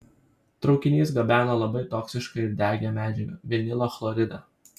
traukinys gabeno labai toksišką ir degią medžiagą vinilo chloridą